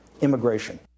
immigration